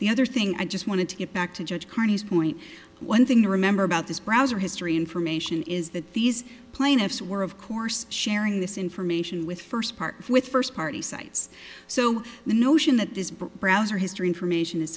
the other thing i just wanted to get back to judge carney's point one thing to remember about this browser history information is that these plaintiffs were of course sharing this information with first part with first party sites so the notion that this browser history information i